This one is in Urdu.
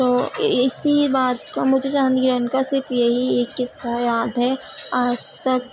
تو اسی بات کا مجھے چاند گرہن کا صرف یہی ایک قصہ یاد ہے آج تک